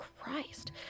Christ